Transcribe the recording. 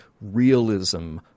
realism